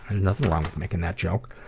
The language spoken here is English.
and nothing wrong with making that joke.